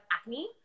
acne